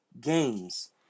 games